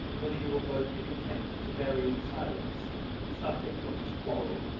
whether you will both be content to bury in silence the subject of this quarrel,